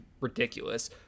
ridiculous